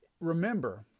remember